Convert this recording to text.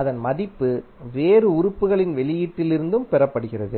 அதன் மதிப்பு வேறு உறுப்புகளின் வெளியீட்டிலிருந்தும் பெறப்படுகிறது